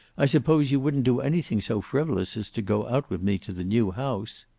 i suppose you wouldn't do anything so frivolous as to go out with me to the new house.